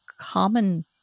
common